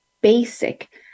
basic